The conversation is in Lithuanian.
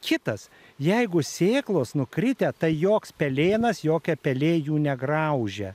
kitas jeigu sėklos nukritę tai joks pelėnas jokia pelė jų negraužia